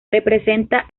representa